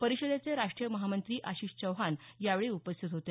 परिषदेचे राष्ट्रीय महामंत्री आशिष चौहान यावेळी उपस्थित होते